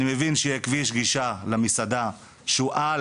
אני מבין שיהיה כביש גישה למסעדה שהוא על